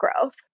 growth